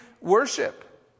worship